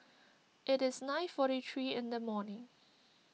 it is nine forty three in the morning